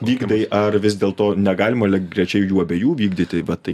vykdai ar vis dėlto negalima lygiagrečiai jų abiejų vykdyti vat tai